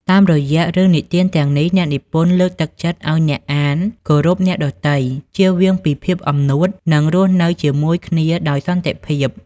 តាមរយៈរឿងនិទានទាំងនេះ អ្នកនិពន្ធលើកទឹកចិត្តឱ្យអ្នកអានគោរពអ្នកដទៃ ជៀសវាងពីភាពអំនួត និងរស់នៅជាមួយគ្នាដោយសន្តិភាព។